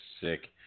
sick